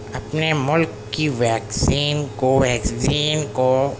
اپنے ملک کی ویکسین کوویکسین کو